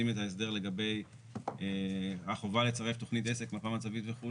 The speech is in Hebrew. את ההסדר לגבי החובה לצרף תכנית עסק וכו'